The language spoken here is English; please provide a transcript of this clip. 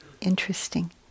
interesting